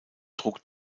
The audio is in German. trug